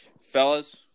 fellas